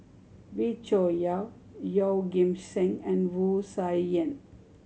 Wee Cho Yaw Yeoh Ghim Seng and Wu Tsai Yen